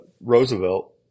Roosevelt